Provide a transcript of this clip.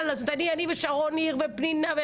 אני ושרון ניר ופנינה,